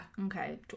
Okay